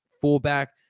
fullback